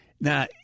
Now